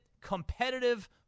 competitive